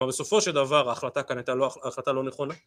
כלומר, בסופו של דבר ההחלטה כאן הייתה לא נכונה.